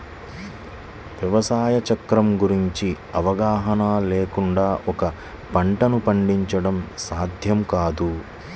వ్యవసాయ చక్రం గురించిన అవగాహన లేకుండా ఒక పంటను పండించడం సాధ్యం కాదు